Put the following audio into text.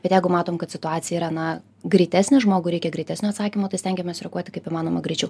bet jeigu matom kad situacija yra na greitesnė žmogui reikia greitesnio atsakymo tai stengiamės reaguoti kaip įmanoma greičiau